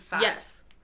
yes